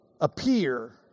appear